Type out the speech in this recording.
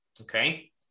Okay